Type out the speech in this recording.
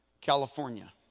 California